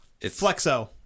flexo